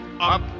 up